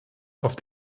auf